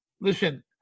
listen